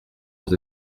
aux